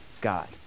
God